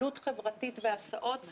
פעילות חברתית והסעות.